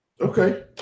Okay